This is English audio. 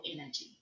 energy